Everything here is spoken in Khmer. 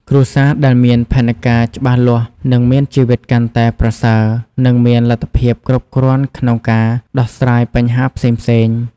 គ្រួសារដែលមានផែនការច្បាស់លាស់នឹងមានជីវិតកាន់តែប្រសើរ និងមានលទ្ធភាពគ្រប់គ្រាន់ក្នុងការដោះស្រាយបញ្ហាផ្សេងៗ។